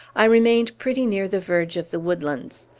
i remained pretty near the verge of the woodlands.